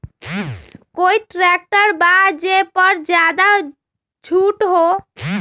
कोइ ट्रैक्टर बा जे पर ज्यादा छूट हो?